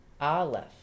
Aleph